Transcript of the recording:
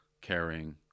caring